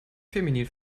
feminin